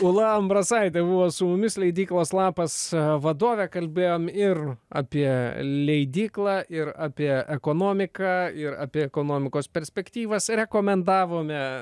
ūla ambrasaitė buvo su mumis leidyklos lapas vadovė kalbėjom ir apie leidyklą ir apie ekonomiką ir apie ekonomikos perspektyvas rekomendavome